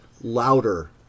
louder